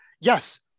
yes